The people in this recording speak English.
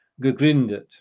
gegründet